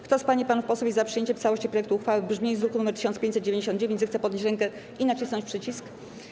Kto z pań i panów posłów jest za przyjęciem w całości projektu uchwały w brzmieniu z druku nr 1599, zechce podnieść rękę i nacisnąć przycisk.